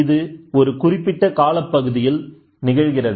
இது ஒரு குறிப்பிட்ட காலப்பகுதியில் நிகழ்கிறது